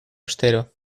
austero